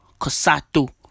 Kasatu